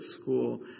school